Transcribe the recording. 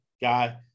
guy